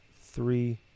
three